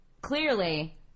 Clearly